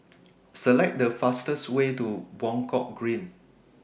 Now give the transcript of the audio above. Select The fastest Way to Buangkok Green